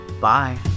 bye